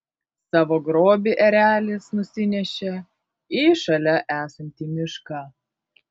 savo grobį erelis nusinešė į šalia esantį mišką